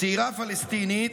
צעירה פלסטינית,